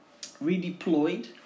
redeployed